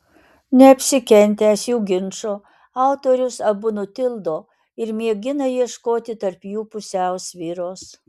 neapsikentęs jų ginčo autorius abu nutildo ir mėgina ieškoti tarp jų pusiausvyros